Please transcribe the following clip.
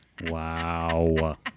Wow